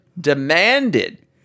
demanded